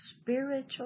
spiritual